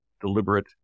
deliberate